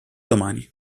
domani